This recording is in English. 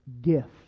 gift